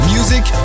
Music